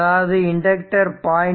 அதாவது இண்டக்டர் 0